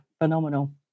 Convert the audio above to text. phenomenal